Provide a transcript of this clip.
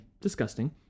disgusting